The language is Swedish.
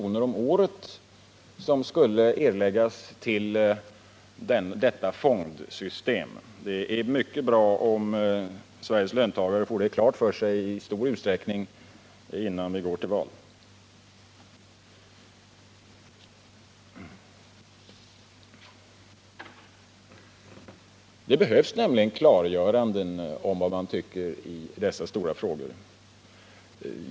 per år som skulle erläggas till detta fondsystem. Det är mycket bra om Sveriges löntagare får det klart för sig i stor utsträckning innan vi går till val. Det behövs nämligen klargöranden om vad man tycker i dessa stora frågor.